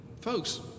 folks